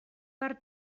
per